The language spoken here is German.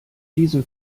diesem